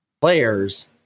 players